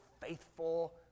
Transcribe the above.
faithful